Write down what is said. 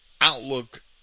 outlook